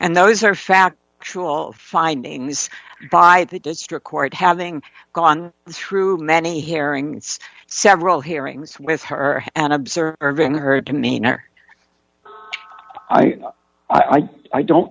and those are facts findings by the district court having gone through many hearings several hearings with her and observing her demeanor i think i don't